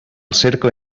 cercle